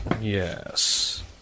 Yes